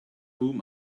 whom